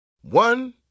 One